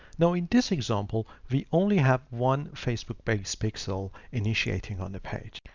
now in this example, we only have one facebook base pixel initiating on the page.